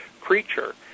creature